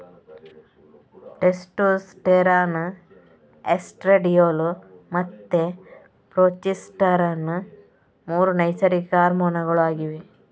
testosterone, estradiol ಮತ್ತೆ progesterone ಮೂರು ನೈಸರ್ಗಿಕ ಹಾರ್ಮೋನುಗಳು ಆಗಿವೆ